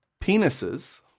Penises